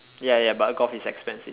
ya ya but golf is expensive